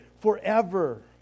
forever